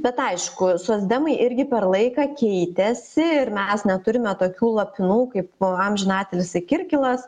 bet aišku socdemai irgi per laiką keitėsi ir mes neturime tokių lapinų kaip amžinatilsį kirkilas